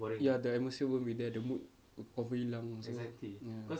ya the atmosphere won't be there the mood confirm hilang ya